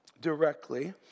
directly